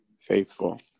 faithful